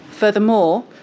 Furthermore